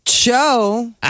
Joe